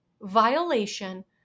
violation